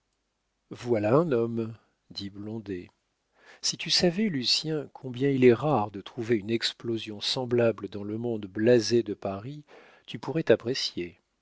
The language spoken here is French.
voilà un homme dit blondet si tu savais lucien combien il est rare de trouver une explosion semblable dans le monde blasé de paris tu pourrais t'apprécier